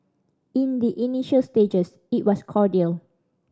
in the initial stages it was cordial